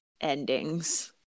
endings